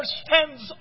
stands